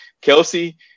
Kelsey